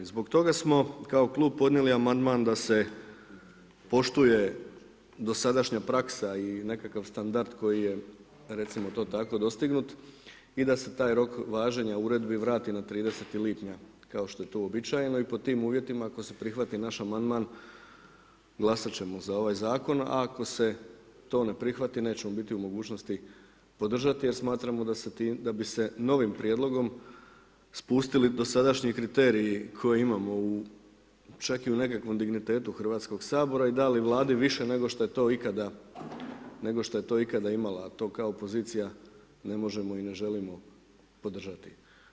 Zbog toga smo kao klub podnijeli amandman da se poštuje dosadašnja praksa i nekakav standard koji je recimo to tako dostignut i da se taj rok važenja uredbi vrati na 30. lipnja kao što je to uobičajeno i pod tim uvjetima ako se prihvati naš amandman glasati ćemo za ovaj zakon a ako se to ne prihvati nećemo biti u mogućnosti podržati jer smatramo da bi se novim prijedlogom spustili dosadašnji kriteriji koje imamo čak i u nekakvom dignitetu Hrvatskog sabora i dali Vladi više nego što je to ikada, nego što je to ikada imala a to kao pozicija ne možemo i ne želimo podržati.